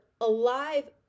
alive